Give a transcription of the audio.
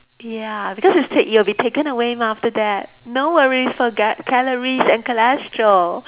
ya because it said it'll be taken away mah after that no worries for ga~ calories and cholesterol